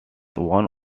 one